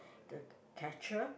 the catcher